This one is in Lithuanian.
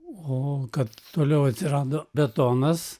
o kad toliau atsirado betonas